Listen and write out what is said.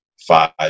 five